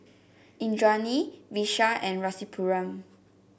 Indranee Vishal and Rasipuram